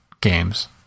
games